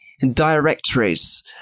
directories